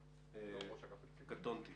היא לא ראש אגף תקציבים, היא